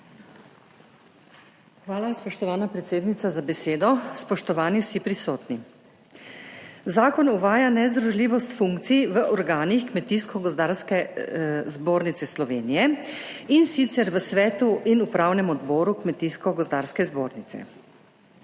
Hvala, spoštovana predsednica, za besedo. Spoštovani vsi prisotni! Zakon uvaja nezdružljivost funkcij v organih Kmetijsko gozdarske zbornice Slovenije, in sicer v svetu in upravnem odboru Kmetijsko gozdarske zbornice.